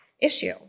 issue